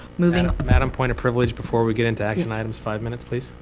moving madam, point a privilege, before we get into action items five minutes, please?